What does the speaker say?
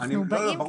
אנחנו מנסים